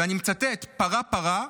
ואני מצטט: פרה פרה,